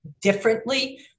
differently